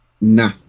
Nah